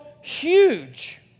huge